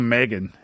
Megan